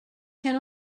can